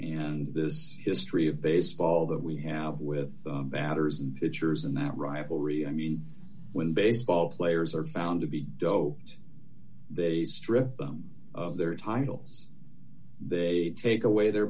and this history of baseball that we have with batters and pitchers and that rivalry i mean when baseball players are found to be doped they strip them of their titles they take away their